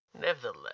Nevertheless